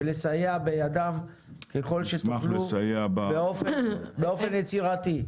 ולסייע בידם ככל שתוכלו באופן יצירתי.